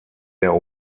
der